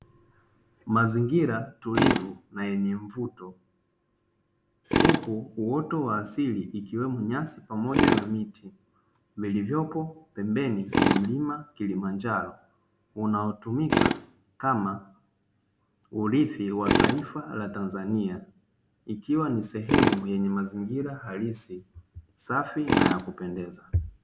Mazingira tulivu na yenye mvuto, huku uoto wa asili ikiwemo nyasi pamoja na miti vilivyopo pembeni ya mlima Kilimanjaro unaotumika kama urithi wa taifa la Tanzania, ikiwa ni sehemu ya mazingira halisi, safi na ya kupendeza.